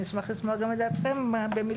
אני אשמח לשמוע גם את דעתכם במשפט,